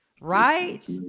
Right